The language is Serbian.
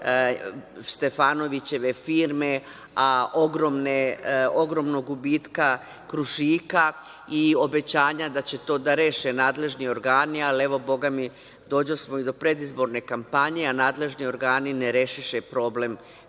Stefanovićeve firme, a ogromnog gubitka „Krušika“ i obećanja da će to da reše nadležni organi, ali evo, Boga mi, dođosmo i do predizborne kampanje a nadležni organi ne rešiše problem